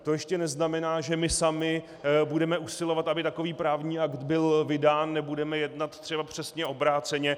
To ještě neznamená, že my sami budeme usilovat, aby takový právní akt byl vydán, nebudeme jednat třeba přesně obráceně.